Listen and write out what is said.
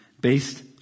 based